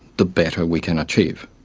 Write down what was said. the better we can achieve.